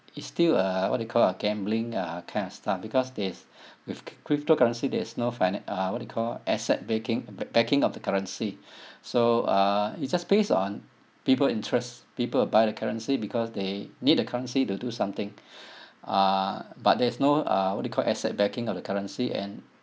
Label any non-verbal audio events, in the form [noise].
it's still a what you call uh gambling uh kind of style because this [breath] with cryptocurrency there is no finan~ uh what you call asset backing back backing of the currency [breath] so uh it's just based on people interest people will buy the currency because they need the currency to do something [breath] uh but there's no uh what you call asset backing of the currency and